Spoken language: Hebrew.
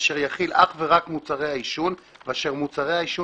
אשר יכיל אך ורק מוצרי העישון ואשר מוצרי העישון